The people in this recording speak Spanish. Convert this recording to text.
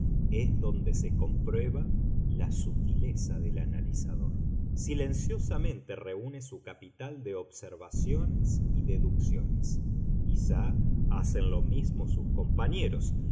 es donde se comprueba la sutileza del analizador silenciosamente reúne su capital de observaciones y deducciones quizá hacen lo mismo sus compañeros